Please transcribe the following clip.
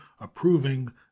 approving